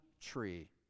tree